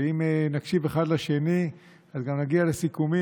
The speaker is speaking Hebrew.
ואם נקשיב אחד לשני גם נגיע לסיכומים